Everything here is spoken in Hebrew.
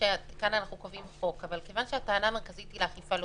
שכאן אנחנו מחוקקים חוק אבל מכיוון שהטענה המרכזית היא על אכיפה לא